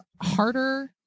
harder